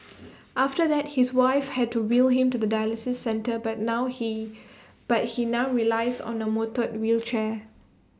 after that his wife had to wheel him to the dialysis centre but now he but he now relies on A motel wheelchair